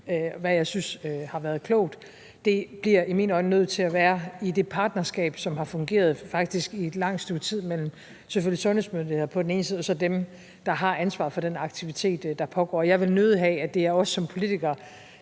hvad jeg synes har været klogt. Det bliver i mine øjne nødt til at være i det partnerskab, som faktisk har fungeret i et langt stykke tid, med selvfølgelig sundhedsmyndigheder på den ene side og så dem, der har ansvaret for den aktivitet, der pågår, på den anden side. Jeg vil nødig have, at det er os som politikere,